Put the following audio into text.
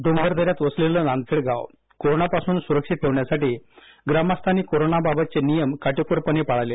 डोंगरदन्यात वसलेलं नांदखेड गाव कोरोनापासून सुरक्षित ठेवण्यासाठी ग्रामस्थांनी कोरोनाबाबतचे नियम काटेकोरपणे पाळले